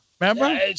Remember